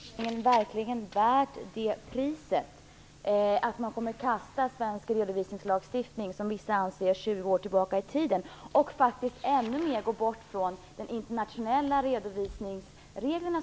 Herr talman! Men är harmoniseringen verkligen värd priset att vi kastar svensk redovisningslagstiftning 20 år tillbaka i tiden - så är det enligt vissas uppfattning - och ännu mer avlägsnar oss från de internationella redovisningsreglerna?